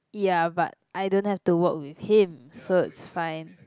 ya but I don't have to work with him so it's fine